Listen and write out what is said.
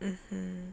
mmhmm